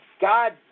God